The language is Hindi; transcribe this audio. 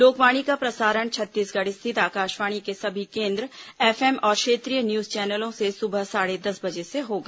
लोकवाणी का प्रसारण छत्तीसगढ़ स्थित आकाशवाणी के सभी केन्द्रों एफएम और क्षेत्रीय न्यूज चैनलों से सुबह साढ़े दस बजे से होगा